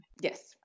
Yes